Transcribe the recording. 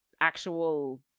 actual